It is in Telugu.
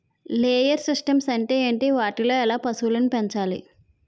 లేయర్ సిస్టమ్స్ అంటే ఏంటి? వాటిలో ఎలా పశువులను పెంచాలి?